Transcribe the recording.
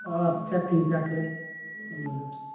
অঁ আচ্ছা ঠিক আছে